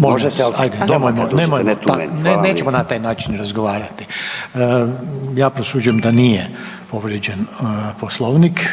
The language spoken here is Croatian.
Nemojmo, ne, nećemo na taj način razgovarati. Ja prosuđujem da nije povrijeđen Poslovnik,